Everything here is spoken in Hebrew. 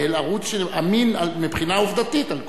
ערוץ שהוא אמין מבחינה עובדתית על כל תושבי האזור.